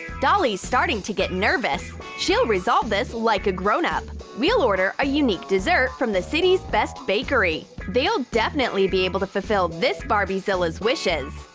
dolly's starting to get nervous! she'll resolve this like a grown-up! we'll order a unique dessert from the city's best bakery! they'll definitely be able to fulfill this barbie-zilla's wishes!